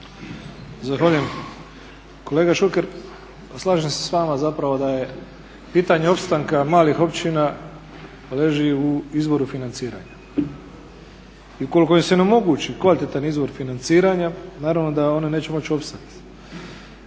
Zahvaljujem. Kolega Šuker, pa slažem se s vama zapravo da je pitanje opstanka malih općina leži u izvoru financiranja. I ukoliko im se ne omogući kvalitetan izvor financiranja naravno da one neće moći opstat.